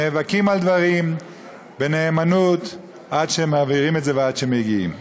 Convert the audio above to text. נאבקים על דברים בנאמנות עד שהם מעבירים את זה ועד שהם מגיעים.